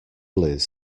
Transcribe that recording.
liz